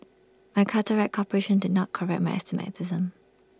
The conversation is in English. my cataract operation did not correct my astigmatism